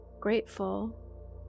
Grateful